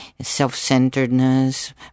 self-centeredness